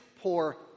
poor